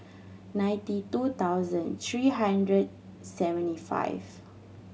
ninety two thousand three hundred seventy five